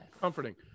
comforting